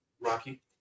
Rocky